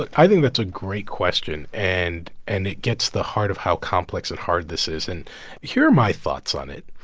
like i think that's a great question, and and it gets the heart of how complex and hard this is. and here are my thoughts on it.